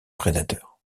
prédateurs